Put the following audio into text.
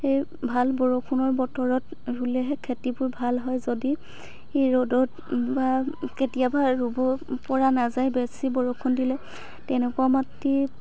সেই ভাল বৰষুণৰ বতৰত ৰুলেহে খেতিবোৰ ভাল হয় যদি ৰ'দত বা কেতিয়াবা ৰুব পৰা নাযায় বেছি বৰষুণ দিলে তেনেকুৱা মাটিত